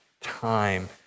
time